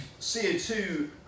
CO2